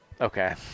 Okay